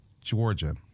Georgia